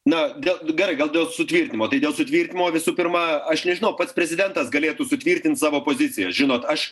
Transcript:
na dėl gerai gal dėl sutvirtinimo visų pirma aš nežinau pats prezidentas galėtų sutvirtint savo poziciją žinot aš